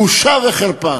בושה וחרפה.